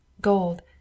Gold